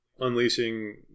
unleashing